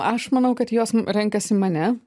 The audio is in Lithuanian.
aš manau kad jos renkasi mane